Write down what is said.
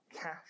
cash